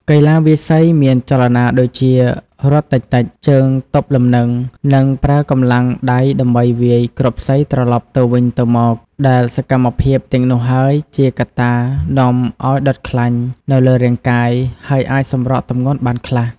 កីឡាវាយសីមានចលនាដូចជា រត់តិចៗ ជើងទប់លំនឹង និងប្រើកម្លាំងដៃដើម្បីវាយគ្រាប់សីត្រឡប់ទៅវិញទៅមក ដែលសកម្មភាពទាំងនោះហើយ ជាកត្តានាំឱ្យដុតខ្លាញ់នៅលើរាងកាយ ហើយអាចសម្រកទម្ងន់បានខ្លះ។